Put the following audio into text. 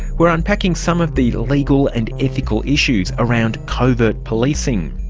we're unpacking some of the legal and ethical issues around covert policing.